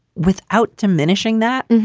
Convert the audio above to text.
without diminishing that.